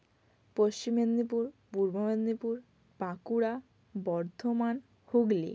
Paschim Medinipur Purba Medinipur Bankura Bardhaman Hooghly